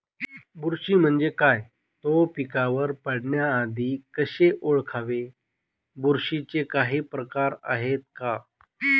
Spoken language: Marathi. बुरशी म्हणजे काय? तो पिकावर पडण्याआधी कसे ओळखावे? बुरशीचे काही प्रकार आहेत का?